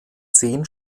zehn